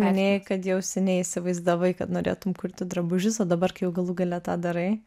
minėjai kad jau seniai įsivaizdavai kad norėtum kurti drabužius o dabar kai jau galų gale tą darai